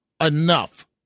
enough